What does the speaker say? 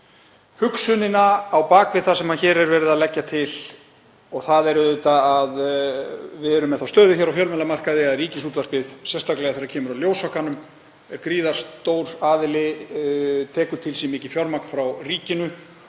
hugsunina á bak við það sem hér er verið að leggja til og það er að við erum með þá stöðu á fjölmiðlamarkaði, að Ríkisútvarpið, sérstaklega þegar kemur að ljósvakanum, er gríðarstór aðili, tekur til sín mikið fjármagn frá ríkinu